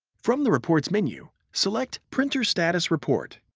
from the reports menu, select printer status report.